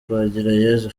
twagirayezu